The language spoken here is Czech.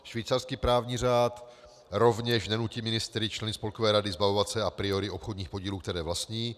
Švýcarský právní řád rovněž nenutí ministry členy spolkové rady zbavovat se a priori obchodních podílů, které vlastní.